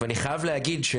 ואני חייב להגיד,